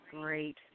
great